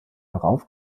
darauf